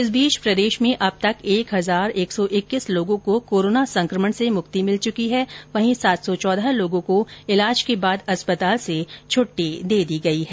इस बीच प्रदेश में अब तक एक हजार एक सौ इक्कीस लोगों को कोरोना संकमण से मुक्ति मिल चुकी है वहीं सात सौ चौदह लोगों को इलाज के बाद अस्पताल से छ्ट्टी दे दी गयी है